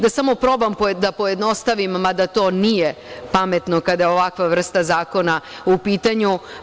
Da samo probam da pojednostavim, mada to nije pametno kada je ovakva vrsta zakona u pitanju.